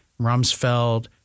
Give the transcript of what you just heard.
Rumsfeld